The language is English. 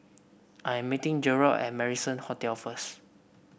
I am meeting Gerard at Marrison Hotel first